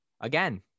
Again